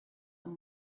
and